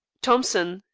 thompson,